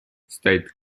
state